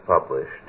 published